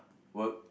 work